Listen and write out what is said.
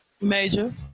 major